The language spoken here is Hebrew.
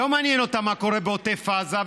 לא מעניין אותה מה קורה בעוטף עזה,